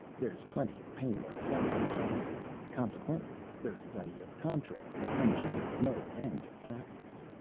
there's plenty of pain and suffering in heaven consequently there's plenty of contrasts, and just no end of happiness.